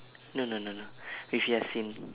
no no no no you should have seen